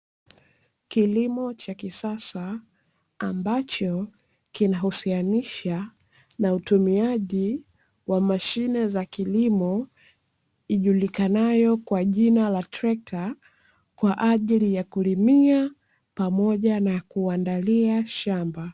Kilimo cha kisasa ambacho kinahusianisha na utumiaji wa mashine za kilimo ijulikanayo kwa jina la trekta kwa ajili ya kulimia pamoja na kuandalia shamba.